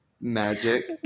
Magic